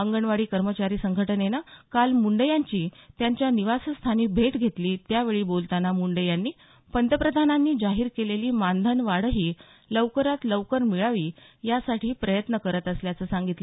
अंगणवाडी कर्मचारी संघटनेनं काल मुंडे यांची त्यांच्या निवासस्थानी भेट घेतली त्यावेळी बोलताना मुंडे यांनी पंतप्रधानांनी जाहीर केलेली मानधनवाढही लवकरात लवकर मिळावी यासाठी प्रयत्न करत असल्याचं सांगितले